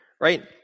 right